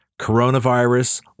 coronavirus